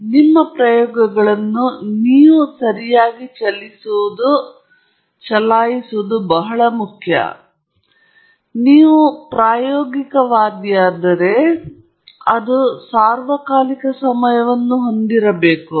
ಆದ್ದರಿಂದ ನಿಮ್ಮ ಪ್ರಯೋಗಗಳನ್ನು ನೀವು ಸರಿಯಾಗಿ ಚಲಾಯಿಸುವುದು ಬಹಳ ಮುಖ್ಯ ಮತ್ತು ನೀವು ಪ್ರಾಯೋಗಿಕವಾದಿಯಾದರೆ ಅದು ಸಾರ್ವಕಾಲಿಕ ಸಮಯವನ್ನು ಹೊಂದಿರಬೇಕು